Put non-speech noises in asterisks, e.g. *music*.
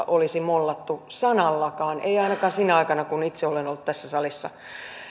*unintelligible* olisi mollattu sanallakaan ei ainakaan sinä aikana kun itse olen ollut tässä salissa